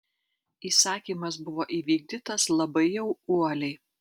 įsakymas buvo įvykdytas labai jau uoliai